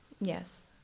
Yes